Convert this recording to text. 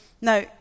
Now